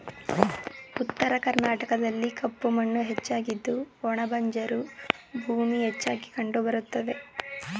ಉತ್ತರ ಕರ್ನಾಟಕದಲ್ಲಿ ಕಪ್ಪು ಮಣ್ಣು ಹೆಚ್ಚಾಗಿದ್ದು ಒಣ ಬಂಜರು ಭೂಮಿ ಹೆಚ್ಚಾಗಿ ಕಂಡುಬರುತ್ತವೆ